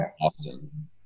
Austin